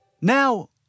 Now